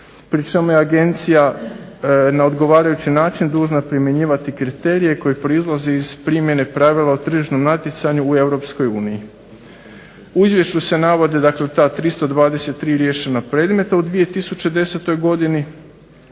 pri čemu je Agencija na odgovarajući način dužna primjenjivati kriterije koji proizlaze iz primjene pravila o tržišnom natjecanju u Europskoj uniji. U Izvješću se navode 323 riješena predmeta u 2010. godini,